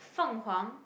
Feng-Huang